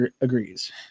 agrees